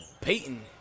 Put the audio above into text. Peyton